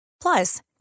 Plus